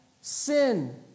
sin